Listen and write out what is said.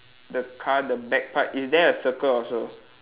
the car the back part is there a circle also